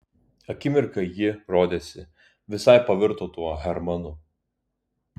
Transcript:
akimirką ji rodėsi visai pavirto tuo hermanu